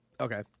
Okay